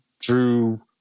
drew